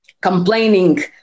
complaining